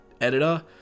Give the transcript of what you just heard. editor